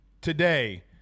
today